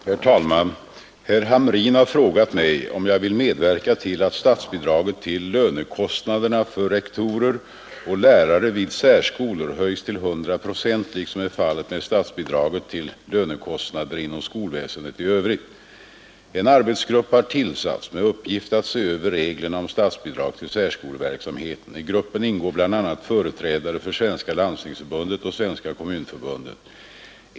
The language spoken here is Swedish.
Herr talman! Herr Hamrin har frågat mig om jag vill medverka till att statsbidraget till lönekostnaderna för rektorer och lärare vid särskolor höjs till 100 procent liksom är fallet med statsbidraget till lönekostnader inom skolväsendet i övrigt. En arbetsgrupp har tillsatts med uppgift att se över reglerna om statsbidrag till särskolverksamheten. I gruppen ingår bl.a. företrädare för Svenska landstingsförbundet och Svenska kommunförbundet.